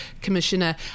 Commissioner